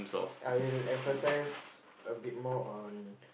I will emphasize a bit more on